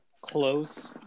close